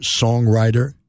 songwriter